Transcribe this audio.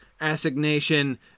assignation